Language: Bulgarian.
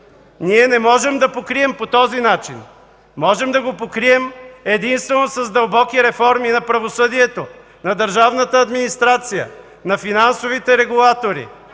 ние не можем да покрием по този начин. Можем да го покрием единствено с дълбоки реформи на правосъдието, на държавната администрация, на финансовите регулатори,